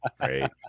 right